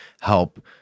help